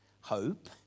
hope